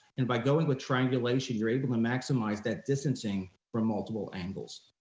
and by going with triangulation, you're able to maximize that distancing from multiple angles.